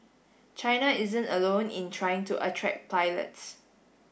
China isn't alone in trying to attract pilots